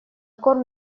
корм